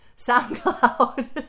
SoundCloud